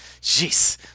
Jeez